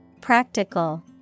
Practical